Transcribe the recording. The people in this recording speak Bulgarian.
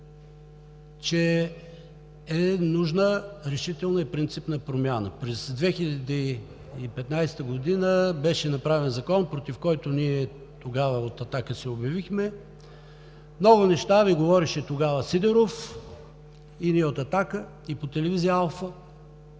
че е нужна решителна и принципна промяна. През 2015 г. беше направен закон, против който тогава ние от „Атака“ се обявихме. Много неща Ви говореше тогава Сидеров и ние от „Атака“ – и по телевизия „Алфа“,